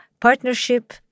partnership